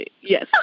yes